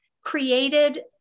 created